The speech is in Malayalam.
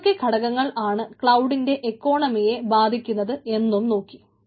ഏതൊക്കെ ഘടകങ്ങൾ ആണ് ക്ലൌഡിന്റെ ഇക്കോണമിയെ ബാധിക്കുന്നത് എന്നും നോക്കി